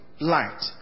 light